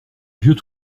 vieux